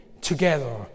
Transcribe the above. together